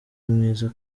mwiza